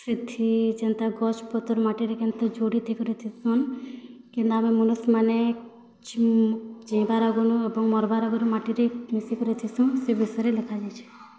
ସେଥି ଯେନ୍ତା ଗଛ୍ ପତର୍ ମାଟିରେ କେନ୍ତା ଯୋଡ଼ି ଥି କରି ଥିସନ୍ କେନ୍ତା କରି ମନୁଷ୍ ମାନେ ଜୀଇବାର ଆଗରୁ ମରିବାର୍ ଆଗରୁ ମାଟିରେ ମିଶିକରି ଥିସନ୍ ସେ ବିଷୟରେ ଲେଖାଯାଇଛି